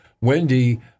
Wendy